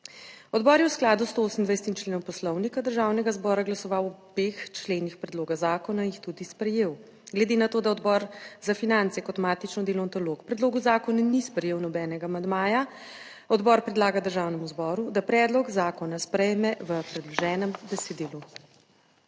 Odbor je v skladu s 128. členom Poslovnika Državnega zbora glasoval o obeh členih predloga zakona in jih tudi sprejel. Glede na to, da Odbor za finance kot matično delovno telo k predlogu zakona ni sprejel nobenega amandmaja, odbor predlaga Državnemu zboru, da predlog zakona sprejme v predloženem besedilu.